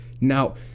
Now